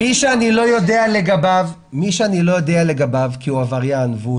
מי שאני לא יודע לגביו כי הוא עבריין והוא